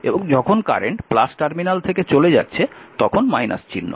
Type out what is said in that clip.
এবং যখন current terminal থেকে চলে যাচ্ছে তখন চিহ্ন